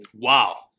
Wow